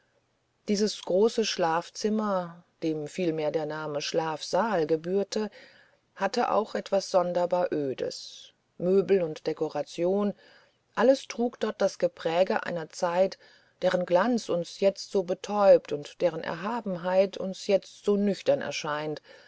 dieses große schlafzimmer dem vielmehr der name schlafsaal gebührte hatte auch etwas sonderbar ödes möbel und dekoration alles trug dort das gepräge einer zeit deren glanz uns jetzt so bestäubt und deren erhabenheit uns jetzt so nüchtern erscheint